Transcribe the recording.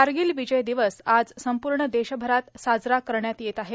कारगिल विजय दिवस आज संपूर्ण देशभरात साजरा करण्यात येत आहे